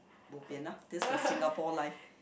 bo pian lah this is a Singapore life